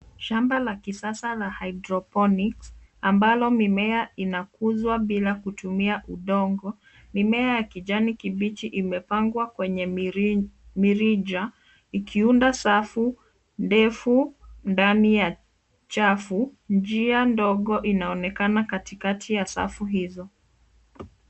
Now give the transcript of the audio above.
Shamba la kisasa la hydroponics , ambalo mimea inakuzwa bila kutumia udongo. Mimea ya kijani kibichi imepangwa kwenye mirija ikiunda safu ndefu ndani ya chafu. Njia ndogo inaonekana katikati ya safu hizo.